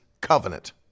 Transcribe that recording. covenant